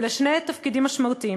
אלה שני תפקידים משמעותיים,